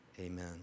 Amen